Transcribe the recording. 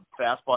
fastball